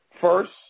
First